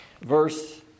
Verse